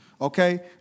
Okay